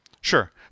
Sure